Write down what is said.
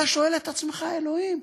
אתה שואל את עצמך: אלוהים,